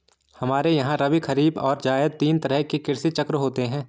हमारे यहां रबी, खरीद और जायद तीन तरह के कृषि चक्र होते हैं